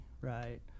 right